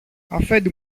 αφέντη